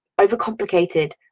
overcomplicated